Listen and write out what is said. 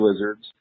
Lizards